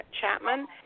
Chapman